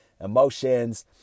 emotions